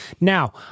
Now